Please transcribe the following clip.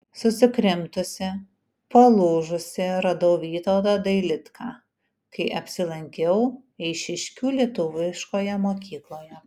susikrimtusį palūžusį radau vytautą dailidką kai apsilankiau eišiškių lietuviškoje mokykloje